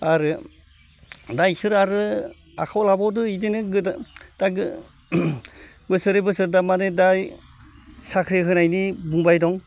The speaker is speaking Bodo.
आरो दा बिसोर आरो आखायाव लाबावदों बिदिनो गोदान दा बोसोरै बोसोरै दा माने दा साख्रि होनायनि बुंबाय दं